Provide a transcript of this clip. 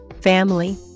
family